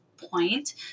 point